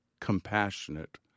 compassionate